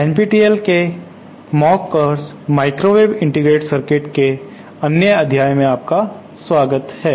NPTEL के mock course microwave integrated circuits के अन्य अध्याय में आपका स्वागत है